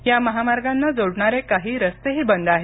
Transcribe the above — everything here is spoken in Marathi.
या महामार्गांना जोडणारे काही रस्तेही बंद आहेत